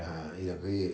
ah 一两个月